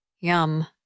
Yum